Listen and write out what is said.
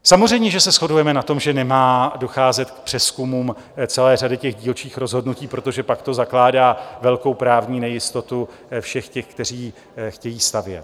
Samozřejmě že se shodujeme na to, že nemá docházet k přezkumům celé řady dílčích rozhodnutí, protože pak to zakládá velkou právní nejistotu všech těch, kteří chtějí stavět.